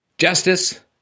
Justice